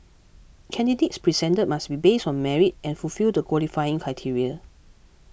candidates presented must be based on merit and fulfil the qualifying criteria